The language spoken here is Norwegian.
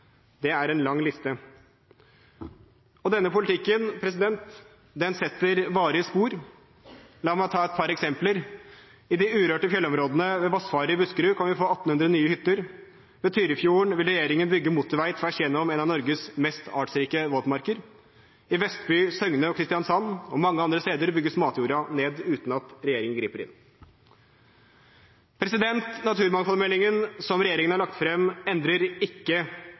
Det er en lang liste. Denne politikken setter varige spor. La meg ta et par eksempler: I de urørte fjellområdene ved Vassfaret i Buskerud kan vi få 1 800 nye hytter. Ved Tyrifjorden vil regjeringen bygge motorvei tvers gjennom en av Norges mest artsrike våtmarker. I Vestby, Søgne og Kristiansand, og mange andre steder, bygges matjorden ned uten at regjeringen griper inn. Naturmangfoldmeldingen som regjeringen har lagt frem, endrer ikke